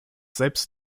selbst